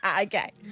Okay